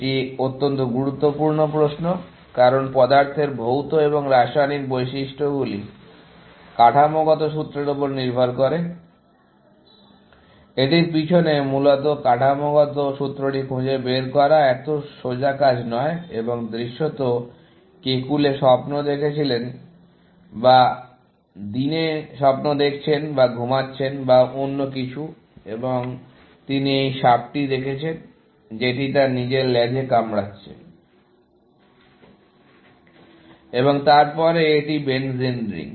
এটি একটি অত্যন্ত গুরুত্বপূর্ণ প্রশ্ন কারণ পদার্থের ভৌত এবং রাসায়নিক বৈশিষ্ট্যগুলি কাঠামোগত সূত্রের উপর নির্ভর করে এটির পিছনে মূলত কাঠামোগত সূত্রটি খুঁজে বের করা এত সোজা কাজ নয় এবং দৃশ্যত কেকুলে স্বপ্ন দেখছিলেন বা দিনে স্বপ্ন দেখছেন বা ঘুমাচ্ছেন বা অন্য কিছু এবং তিনি এই সাপটি দেখেছেন যেটি তার নিজের লেজে কামড়াচ্ছে এবং তারপরে এটি বেনজিন রিং